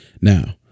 Now